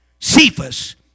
Cephas